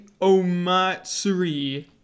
omatsuri